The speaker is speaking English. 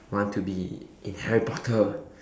want to be in Harry Potter